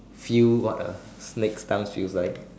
feel what a snake's tongue feels like